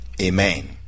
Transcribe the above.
Amen